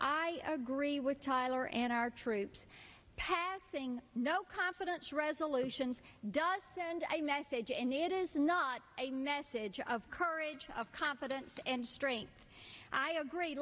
i agree with tyler and our troops passing no confidence resolutions does send a message it is not a message of courage of confidence and strength i agree